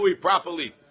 properly